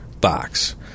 box